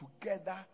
together